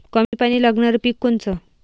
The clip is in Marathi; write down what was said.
कमी पानी लागनारं पिक कोनचं?